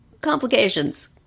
complications